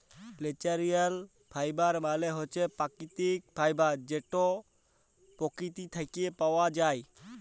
ল্যাচারেল ফাইবার মালে হছে পাকিতিক ফাইবার যেট পকিতি থ্যাইকে পাউয়া যায়